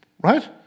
Right